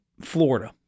Florida